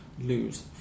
lose